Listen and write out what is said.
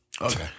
Okay